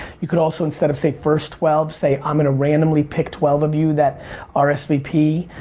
you could also instead of say, first twelve, say, i'm going to randomly pick twelve of you that ah rsvp